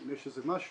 אם יש איזה משהו.